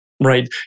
Right